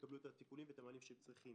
יקבלו את הטיפולים ואת המענים שהם צריכים.